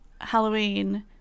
Halloween